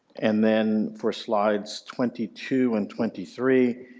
and then for slides twenty two and twenty three,